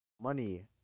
money